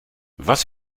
was